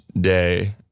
day